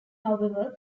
however